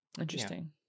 Interesting